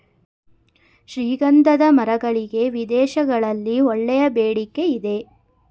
ಶ್ರೀಗಂಧದ ಮರಗಳಿಗೆ ವಿದೇಶಗಳಲ್ಲಿ ಒಳ್ಳೆಯ ಬೇಡಿಕೆ ಇದೆ